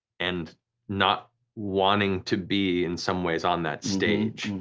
and not wanting to be in some ways on that stage.